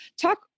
talk